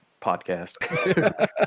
podcast